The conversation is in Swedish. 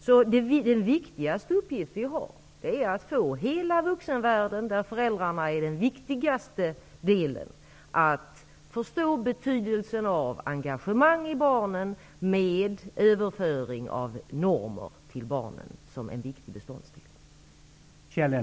Den viktigaste uppgift som vi har är att få hela vuxenvärlden, där föräldrarna utgör den viktigaste delen, att förstå betydelsen av engagemang i barnen, med överföring av normer som en viktig beståndsdel.